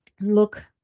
look